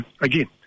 again